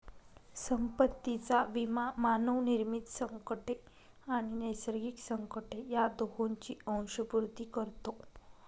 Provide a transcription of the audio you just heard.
संपत्तीचा विमा मानवनिर्मित संकटे आणि नैसर्गिक संकटे या दोहोंची अंशपूर्ती करतो